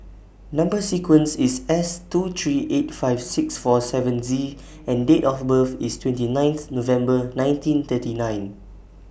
Number sequence IS S two three eight five six four seven Z and Date of birth IS twenty ninth November nineteen thirty nine